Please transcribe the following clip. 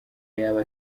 yaba